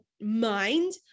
mind